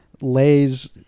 lays